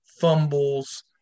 fumbles